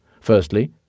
Firstly